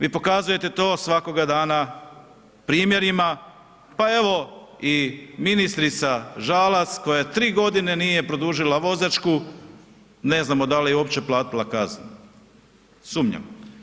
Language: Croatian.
Vi pokazujete to svakoga dana primjerima, pa evo i ministrica Žalac koja 3 godine nije produžila vozačku, ne znamo da li je uopće platila kaznu, sumnjam.